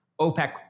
OPEC